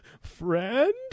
Friend